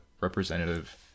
representative